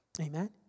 Amen